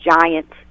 giant